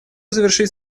завершить